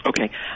Okay